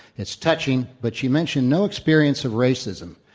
it's touching, but she mentioned no experience of racism.